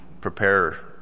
prepare